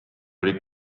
olid